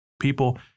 people